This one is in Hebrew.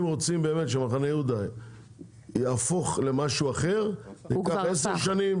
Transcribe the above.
אם באמת רוצים שמחנה יהודה יהפוך למשהו אחר ייקח עשר שנים,